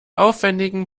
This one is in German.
aufwendigen